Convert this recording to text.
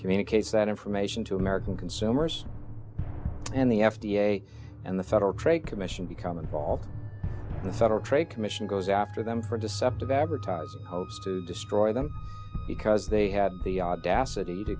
communicates that information to american consumers and the f d a and the federal trade commission become involved the federal trade commission goes after them for deceptive advertising to destroy them because they had the audacity to